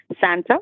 Santa